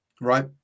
right